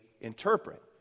interpret